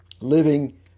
living